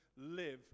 live